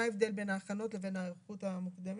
מה ההבדל בין ההכנות לבין ההיערכות המוקדמת?